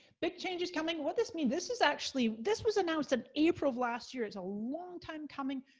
big change is coming. what this mean? this is actually, this was announced in april of last year, it's a long-time coming.